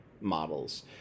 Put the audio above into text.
models